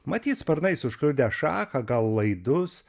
matyt sparnais užkliudę šaką gal laidus